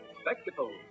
Spectacles